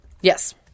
Yes